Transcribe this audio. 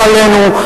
לא עלינו,